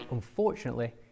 Unfortunately